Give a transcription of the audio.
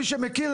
מי שמכיר,